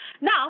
Now